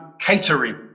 catering